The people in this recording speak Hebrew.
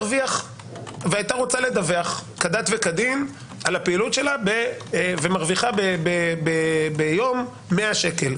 והייתה רוצה לדווח כדת וכדין על הפעילות שלה ומרוויחה ביום 100 שקל,